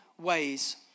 ways